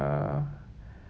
uh